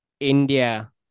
India